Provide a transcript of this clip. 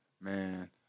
man